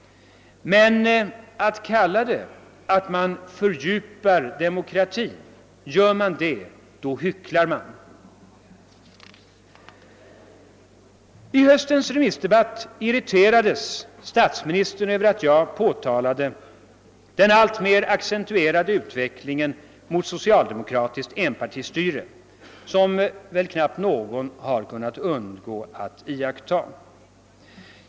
Men kallar man det att fördjupa demokratin — då hycklar man. I höstens remissdebatt irriterades statsministern av att jag påtalade den alltmer accentuerade utvecklingen mot socialdemokratiskt enpartistyre, som väl knappt någon har kunnat undgå att iaktta.